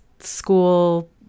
school